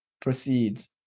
proceeds